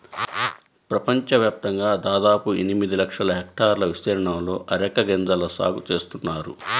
ప్రపంచవ్యాప్తంగా దాదాపు ఎనిమిది లక్షల హెక్టార్ల విస్తీర్ణంలో అరెక గింజల సాగు చేస్తున్నారు